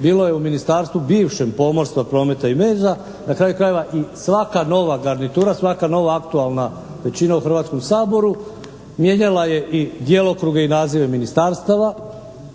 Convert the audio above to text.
bilo je u Ministarstvu bivšem pomorstva, prometa i veza, na kraju krajeva i svaka nova garnitura, svaka nova aktualna većina u Hrvatskom saboru mijenjala je i djelokruge i nazive ministarstava.